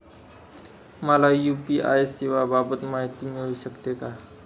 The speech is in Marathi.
मला यू.पी.आय सेवांबाबत माहिती मिळू शकते का?